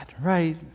right